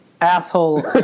asshole